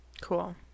cool